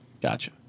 gotcha